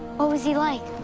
what was he like?